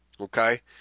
okay